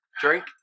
drink